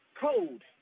Code